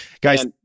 guys